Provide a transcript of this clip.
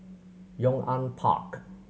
Yong An Park